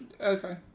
Okay